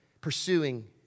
pursuing